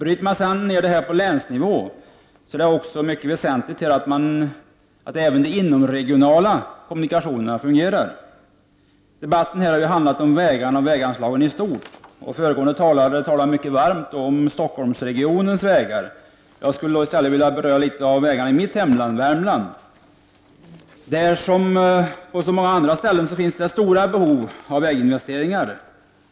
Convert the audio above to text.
Om man bryter ned det här på länsnivå, så kan det sägas att det är mycket väsentligt att även de inomregionala kommunikationerna fungerar. Debatten har ju handlat om vägarna och väganslagen i stort. Föregående talare tog upp till diskussion frågan om Stockholmsregionens vägar. Jag skall i stället något beröra vägproblemen i mitt hemlän Värmland. Där som på så många andra ställen finns stora behov av väginvesteringar.